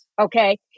Okay